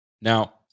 Now